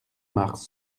mars